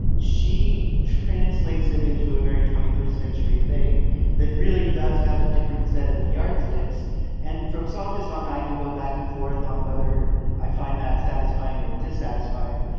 she translates it into a very twenty first century thing that really does have a different set of yardsticks and from song to song i can go back and forth on whether i find that satisfying or dissatisfying.